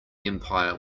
empire